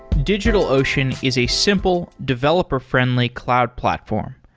digitalocean is a simple, developer friendly cloud platform.